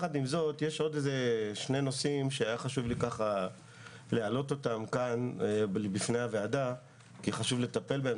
יש עוד שני נושאים שחשוב לי להעלות כאן בפני הוועדה כי חשוב לטפל בהם,